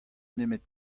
nemet